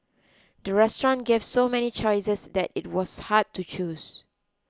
the restaurant gave so many choices that it was hard to choose